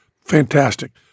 fantastic